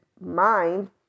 mind